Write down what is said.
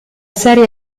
serie